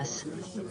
12:35.